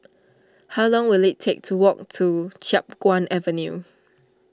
how long will it take to walk to Chiap Guan Avenue